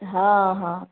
हँ हँ